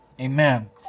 amen